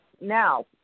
Now